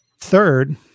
Third